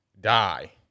Die